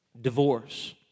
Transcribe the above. divorce